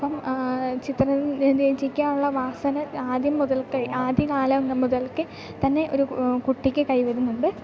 അപ്പം ചിത്രം രചിക്കാനുള്ള വാസന ആദ്യം മുതൽക്കെ ആദ്യ കാലം മുതൽക്കെ തന്നെ ഒരു കു കുട്ടിക്ക് കൈ വരുന്നുണ്ട്